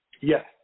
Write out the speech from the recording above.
Yes